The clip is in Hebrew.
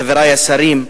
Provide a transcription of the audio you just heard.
חברי השרים,